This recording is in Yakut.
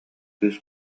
кыыс